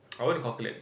I went to calculate